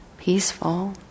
Peaceful